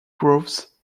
groves